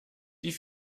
die